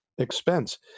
Expense